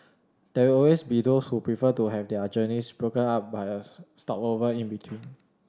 there will always be those who prefer to have their journeys broken up by a stopover in between